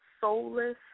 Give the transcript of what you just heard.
soulless